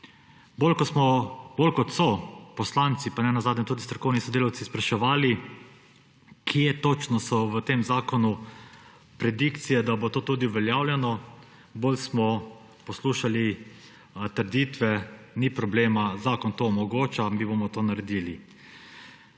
Bolj kot so poslanci, pa nenazadnje tudi strokovni sodelavci spraševali, kje točno so v tem zakonu predikcije, da bo to tudi uveljavljeno, bolj smo poslušali trditve, da ni problema, zakon to omogoča, mi bomo to naredili.